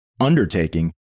Undertaking